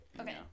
Okay